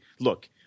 look